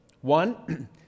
One